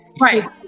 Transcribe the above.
Right